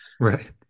Right